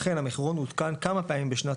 אכן המחירון עודכן כמה פעמים בשנת